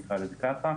נקרא לזה ככה,